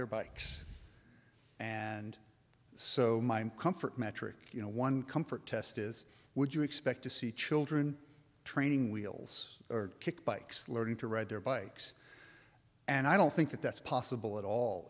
their bikes and so comfort metric you know one comfort test is would you expect to see children training wheels or kick bikes learning to ride their bikes and i don't think that's possible at all